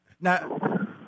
Now